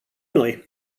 noi